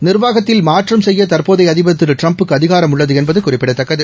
நிர்வாகத்தில் மாற்றம் செய்ய தற்போதைய அதிபர் திரு ட்டிரம்ப்புக்கு அதிகாரம் உள்ளது என்பது குறிப்பிடத்தக்கது